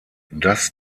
das